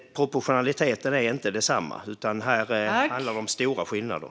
Proportionaliteten är inte densamma. Här handlar det om stora skillnader.